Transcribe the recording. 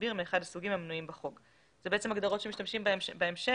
מדביר מאחד הסוגים המנויים בחוק." אלה בעצם הגדרות שמשתמשים בהן בהמשך,